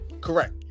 correct